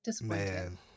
Man